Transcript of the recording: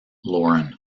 lauren